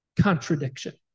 contradiction